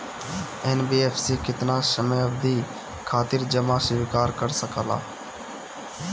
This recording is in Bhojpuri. एन.बी.एफ.सी केतना समयावधि खातिर जमा स्वीकार कर सकला?